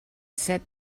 set